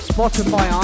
Spotify